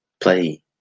play